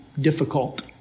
difficult